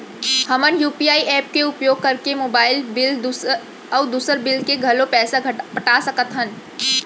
हमन UPI app के उपयोग करके मोबाइल बिल अऊ दुसर बिल के घलो पैसा पटा सकत हन